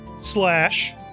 slash